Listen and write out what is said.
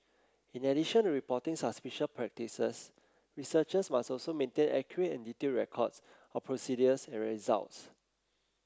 in addition to reporting suspicious practices researchers must also maintain accurate and detailed records of procedures and results